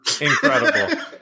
incredible